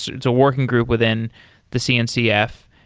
it's a working group within the cncf.